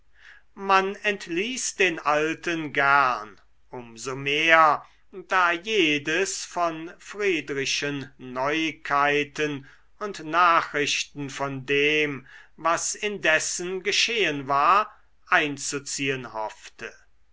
man entließ den alten gern um so mehr da jedes von friedrichen neuigkeiten und nachrichten von dem was indessen geschehen war einzuziehen hoffte